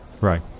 right